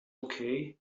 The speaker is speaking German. okay